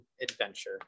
adventure